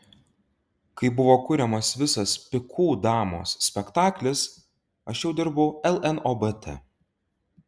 kai buvo kuriamas visas pikų damos spektaklis aš jau dirbau lnobt